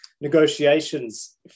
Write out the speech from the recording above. negotiations